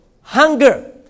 Hunger